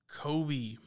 Kobe